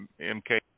MK